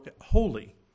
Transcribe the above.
holy